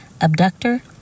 abductor